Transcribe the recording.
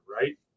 right